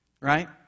right